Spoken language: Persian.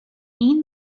این